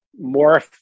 more